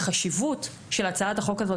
החשיבות של הצעת החוק הזו,